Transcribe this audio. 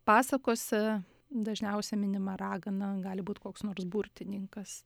pasakose dažniausia minima ragana gali būti koks nors burtininkas